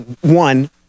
one